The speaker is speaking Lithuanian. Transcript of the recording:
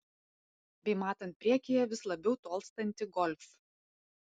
bei matant priekyje vis labiau tolstantį golf